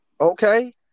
Okay